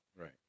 Right